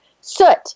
Soot